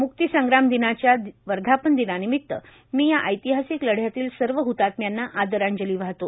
मुक्ती संग्राम दिनाच्या वर्धापन दिनानिमित्त मी या ऐतिहासिक लढयातील सर्व ह्तात्म्यांना आदरांजली वाहतो